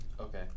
Okay